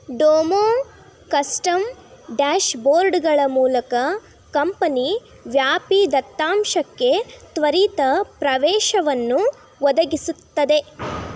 ಡೋಮೋ custom ಡ್ಯಾಷ್ ಬೋರ್ಡ್ಗಳ ಮೂಲಕ ಕಂಪನಿ ವ್ಯಾಪಿ ದತ್ತಾಂಶಕ್ಕೆ ತ್ವರಿತ ಪ್ರವೇಶವನ್ನು ಒದಗಿಸುತ್ತದೆ